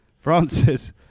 Francis